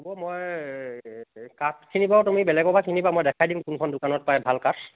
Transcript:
হ'ব মই কাঠখিনি বাৰু তুমি বেলেগৰ পৰা কিনিবা মই দেখাই দিম কোনখন দোকানত পায় ভাল কাঠ